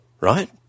right